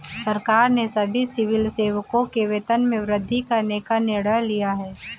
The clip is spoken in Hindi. सरकार ने सभी सिविल सेवकों के वेतन में वृद्धि करने का निर्णय लिया है